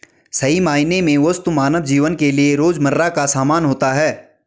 सही मायने में वस्तु मानव जीवन के लिये रोजमर्रा का सामान होता है